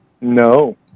No